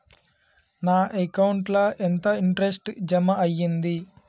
నా అకౌంట్ ల ఎంత ఇంట్రెస్ట్ జమ అయ్యింది?